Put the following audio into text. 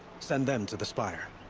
send them to the spire!